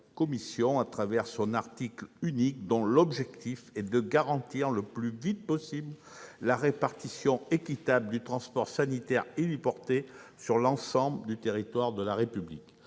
loi, amendé par la commission. L'objectif est de garantir le plus vite possible la répartition équitable du transport sanitaire héliporté sur l'ensemble du territoire de la République.